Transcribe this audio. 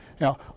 Now